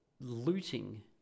looting